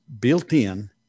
built-in